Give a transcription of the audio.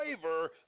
Flavor